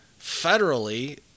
Federally